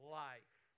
life